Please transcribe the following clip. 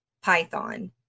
Python